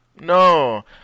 No